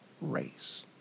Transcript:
race